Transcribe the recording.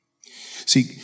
See